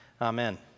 Amen